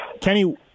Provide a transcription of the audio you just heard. Kenny